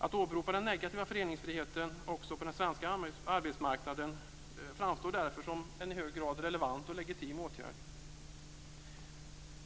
Att åberopa den negativa föreningsfriheten också på den svenska arbetsmarknaden framstår därför som en i hög grad relevant och legitim åtgärd.